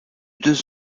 deux